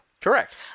Correct